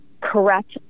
correct